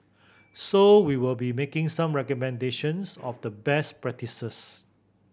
so we will be making some recommendations of best